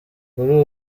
kuri